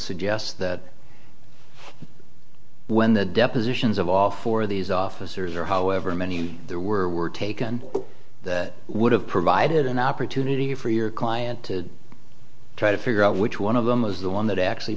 suggests that when the depositions of all four of these officers or however many there were were taken that would have provided an opportunity for your client to try to figure out which one of them was the one that actually